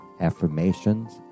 affirmations